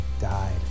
died